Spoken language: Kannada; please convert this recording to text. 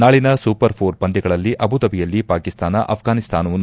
ನಾಳಿನ ಸೂಪರ್ ಫೋರ್ ಪಂದ್ಯಗಳಲ್ಲಿ ಅಬುಧಬಿಯಲ್ಲಿ ಪಾಕಿಸ್ತಾನ ಅಫ್ಘಾನಿಸ್ತಾನವನ್ನು